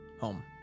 Home